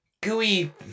gooey